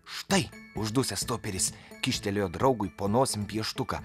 štai uždusęs toperis kyštelėjo draugui po nosim pieštuką